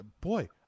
boy